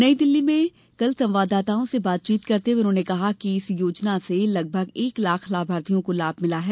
नई दिल्ली में आज संवाददाताओं से बातचीत करते हुए उन्होंने कहा कि इस योजना से लगभग एक लाख लाभार्थियों को लाभ मिला है